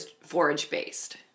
forage-based